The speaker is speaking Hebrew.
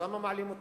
אז למה מעלים?